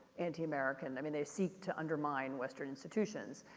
anti-american. i mean they seek to undermine western institutions.